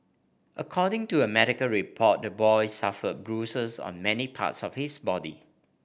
according to a medical report the boy suffered bruises on many parts of his body